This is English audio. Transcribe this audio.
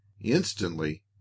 instantly